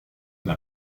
n’a